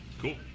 Cool